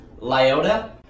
Lyota